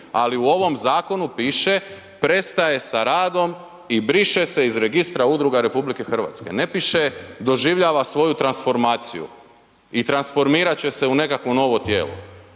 ali u ovom zakonu piše, prestaje sa radom i briše se iz Registra udruga RH. Ne piše doživljava svoju transformaciju i transformirat će se u neko novo tijelo.